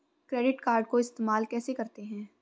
Credit card को इस्तेमाल कैसे करते हैं?